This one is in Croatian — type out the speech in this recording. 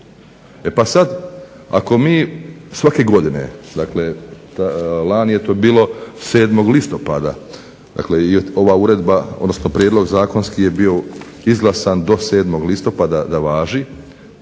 E pa sad ako mi svake godine, dakle lani je to bilo 7. Listopada. Dakle i ova uredba, odnosno prijedlog zakonski je bio izglasan do 7. Listopada da važi,